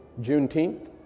Juneteenth